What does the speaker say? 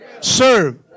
Serve